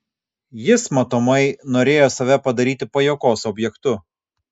jis matomai norėjo save padaryti pajuokos objektu